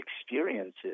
experiences